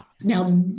Now